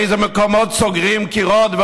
באיזה מקומות סוגרים קירות,